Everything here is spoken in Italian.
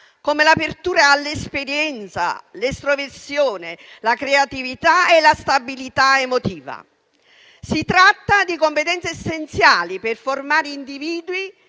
come l'apertura all'esperienza, l'estroversione, la creatività e la stabilità emotiva. Si tratta di competenze essenziali per formare individui